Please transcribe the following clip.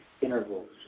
intervals